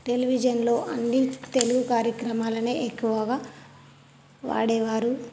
టెలివిజన్లో అన్నీ తెలుగు కార్యక్రమాలను ఎక్కువగా వాడేవారు